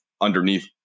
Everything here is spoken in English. underneath